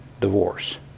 divorce